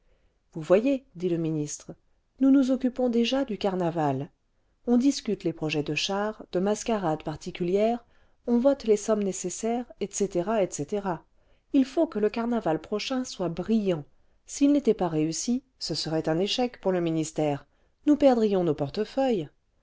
vous voyez dit le ministre nous nous occupons déjà du carnaval on discute les projets de chars de mascarades particulières on vote les sommes nécessaires etc etc il faut que le carnaval prochain soit brillant s'il n'était pas réussi ce serait un échec pour le ministère nous perdrions nos portefeuilles